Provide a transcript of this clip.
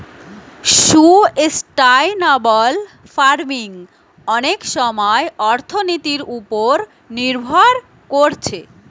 sustainable farming অনেক সময় অর্থনীতির উপর নির্ভর কোরছে